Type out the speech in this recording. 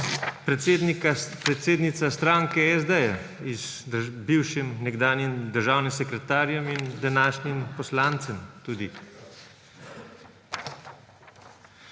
predsednica stranke SD z bivšim državnim sekretarjem in današnjim poslancem tudi.